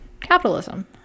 capitalism